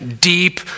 deep